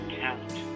count